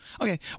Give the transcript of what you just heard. okay